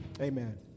Amen